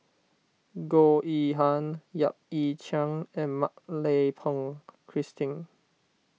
Goh Yihan Yap Ee Chian and Mak Lai Peng Christine